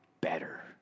better